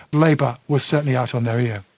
labour was certainly out on their ear.